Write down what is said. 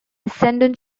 essendon